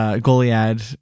Goliad